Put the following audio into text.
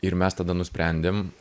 ir mes tada nusprendėm